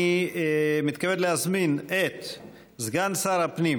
אני מתכבד להזמין את סגן שר הפנים